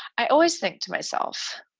i always think to myself,